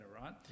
right